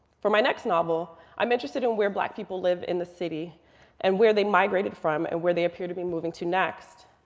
for my next novel i'm interested in where black people live in the city and where they migrated from and where they appear to be moving to next.